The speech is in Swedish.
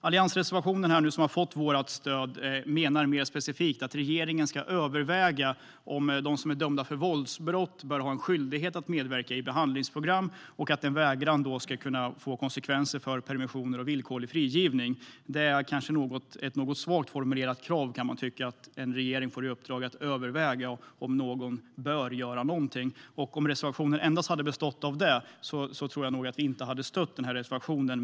Alliansreservationen, som fått vårt stöd, menar mer specifikt att regeringen ska överväga om de som är dömda för våldsbrott bör ha en skyldighet att medverka i behandlingsprogram och att en vägran ska kunna få konsekvenser för permissioner och villkorlig frigivning. Det är ett kanske något svagt formulerat krav, kan man tycka, att en regering får i uppdrag att överväga om någon bör göra någonting. Om reservationen endast hade bestått av detta tror jag nog att vi inte hade stött den.